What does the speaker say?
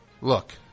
Look